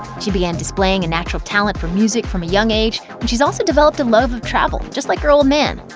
she began displaying a natural talent for music from a young age and she's also developed a love of travel, just like her old man.